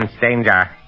danger